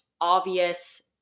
obvious